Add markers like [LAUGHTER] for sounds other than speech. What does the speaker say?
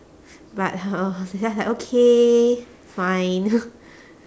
but [NOISE] just like okay fine